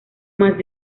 más